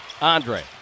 Andre